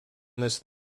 this